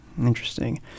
Interesting